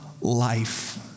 life